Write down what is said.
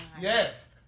yes